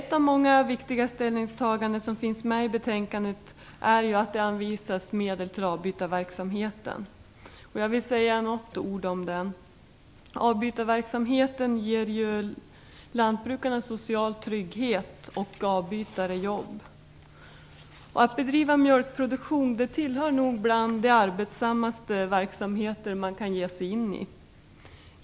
Ett av många viktiga ställningstaganden i betänkandet är att det anvisas medel till avbytarverksamheten. Jag vill säga några ord om den. Avbytarverksamheten ger lantbrukarna social trygghet och avbytare jobb. Att bedriva mjölkproduktion tillhör de arbetsammaste verksamheter man kan ge sig in i.